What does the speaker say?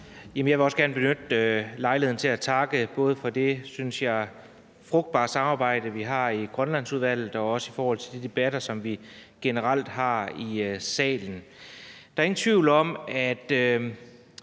Jeg vil også gerne benytte lejligheden til at takke både for det, synes jeg, frugtbare samarbejde, vi har i Grønlandsudvalget, og også generelt for de debatter, som vi har i salen. Der er ingen tvivl om, at